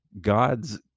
God's